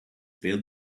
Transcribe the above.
failed